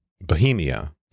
Bohemia